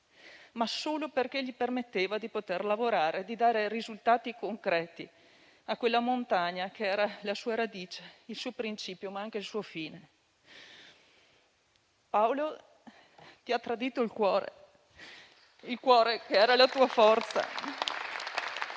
ma solo perché gli permetteva di lavorare e di dare risultati concreti a quella montagna che era la sua radice, il suo principio, ma anche il suo fine. Paolo, ti ha tradito il cuore, il cuore che era la tua forza.